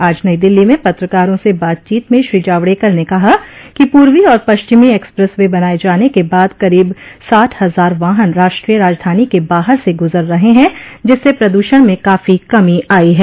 आज नई दिल्ली में पत्रकारों से बातचीत में श्री जावड़कर ने कहा कि पूर्वी और पश्चिमी एक्सप्रेस वे बनाए जाने के बाद करीब साठ हजार वाहन राष्ट्रीय राजधानी के बाहर से गुजर रहे हैं जिससे प्रदूषण में काफी कमी आई है